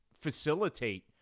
facilitate